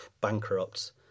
bankrupt